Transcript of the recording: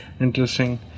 Interesting